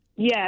Yes